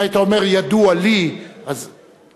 אם היית אומר "ידוע לי", אז,